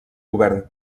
govern